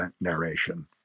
narration